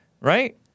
right